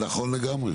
זה נכון לגמרי.